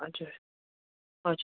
हजुर हजुर